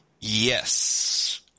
Yes